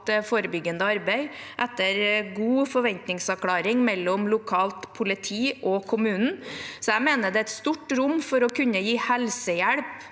forebyggende arbeid, etter god forventningsavklaring mellom lokalt politi og kommunen. Så jeg mener det er et stort rom for å kunne gi helsehjelp